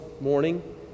morning